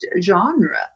genre